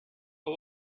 but